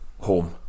home